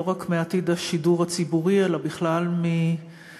לא רק מעתיד השידור הציבורי אלא בכלל מסוג